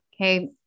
Okay